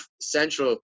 central